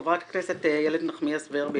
חברת הכנסת איילת נחמיאס ורבין,